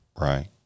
Right